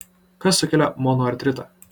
kas sukelia monoartritą